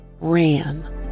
ran